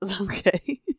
okay